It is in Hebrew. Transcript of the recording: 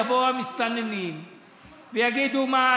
יבואו המסתננים ויגידו: מה,